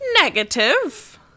negative